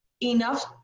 enough